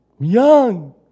young